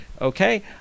okay